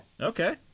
Okay